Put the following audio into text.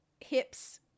hips